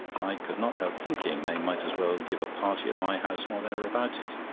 i could not help thinking they might as well give a party at my house while they are about it.